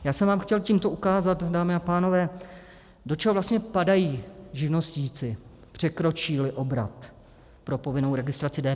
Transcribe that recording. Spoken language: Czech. Já jsem vám chtěl tímto ukázat, dámy a pánové, do čeho vlastně padají živnostníci, překročíli obrat pro povinnou registraci DPH.